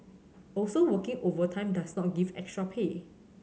also working overtime does not give extra pay